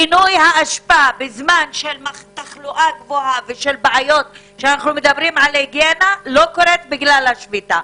פינוי האשפה בזמן תחלואה גבוהה ובעיות היגיינה לא קורית בגלל השביתה.